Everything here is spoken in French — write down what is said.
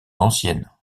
ancienne